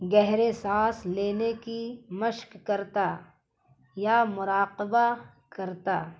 گہرے سانس لینے کی مشق کرتا یا مراقبہ کرتا